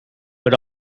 but